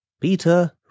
Peter